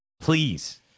Please